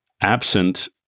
absent